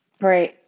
Right